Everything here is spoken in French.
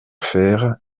fère